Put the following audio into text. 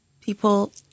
people